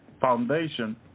foundation